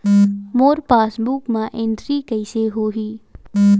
मोर passbook मा entry कइसे होही?